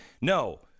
no